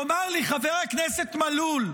תאמר לי, חבר הכנסת מלול,